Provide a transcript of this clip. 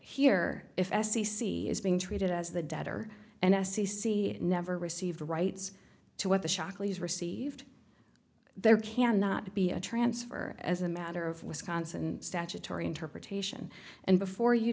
here if s c c is being treated as the debtor and s e c never received the rights to what the shockley's received there cannot be a transfer as a matter of wisconsin statutory interpretation and before you